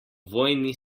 vojni